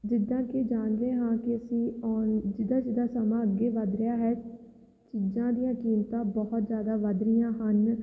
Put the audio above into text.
ਜਿੱਦਾਂ ਕਿ ਜਾਣਦੇ ਹਾਂ ਕਿ ਅਸੀਂ ਜਿੱਦਾਂ ਜਿੱਦਾਂ ਸਮਾਂ ਅੱਗੇ ਵੱਧ ਰਿਹਾ ਹੈ ਚੀਜ਼ਾਂ ਦੀਆਂ ਕੀਮਤਾਂ ਬਹੁਤ ਜ਼ਿਆਦਾ ਵੱਧ ਰਹੀਆਂ ਹਨ